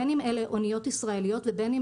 בין אם אלה אוניות ישראליות ובין אם